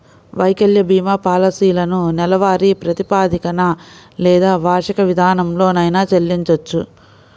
వైకల్య భీమా పాలసీలను నెలవారీ ప్రాతిపదికన లేదా వార్షిక విధానంలోనైనా చెల్లించొచ్చు